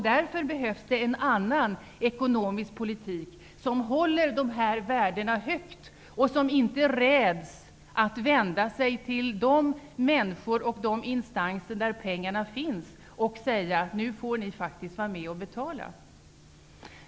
Därför behövs det en annan ekonomisk politik, en politik som håller dessa värden högt och där man inte räds att vända sig till de människor och de instanser där pengarna finns och säga: Nu får ni faktiskt vara med och betala.